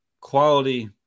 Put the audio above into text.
quality